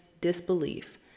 disbelief